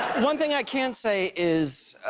one thing i can say is